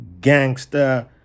Gangster